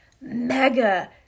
Mega